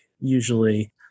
usually